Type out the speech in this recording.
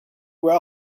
were